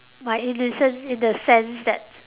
my innocence in the sense that